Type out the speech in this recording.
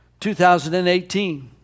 2018